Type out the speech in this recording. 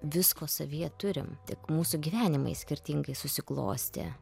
visko savyje turim tik mūsų gyvenimai skirtingai susiklostė